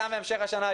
גם בהמשך השנה,